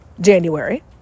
January